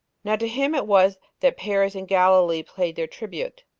now to him it was that peres and galilee paid their tribute,